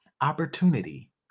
opportunity